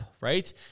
right